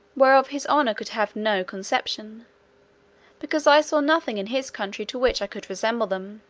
whereof his honour could have no conception because i saw nothing in his country to which i could resemble them